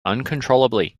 uncontrollably